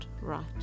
right